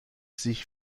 sich